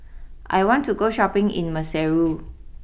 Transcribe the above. I want to go Shopping in Maseru